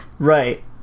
Right